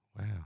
Wow